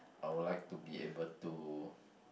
I would like to be able to